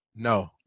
no